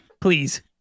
Please